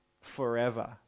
forever